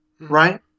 right